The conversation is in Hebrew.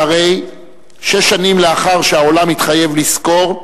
שהרי שש שנים לאחר שהעולם התחייב לזכור,